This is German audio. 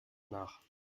nach